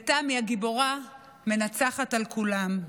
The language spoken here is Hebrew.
ותמי הגיבורה מנצחת על כולם.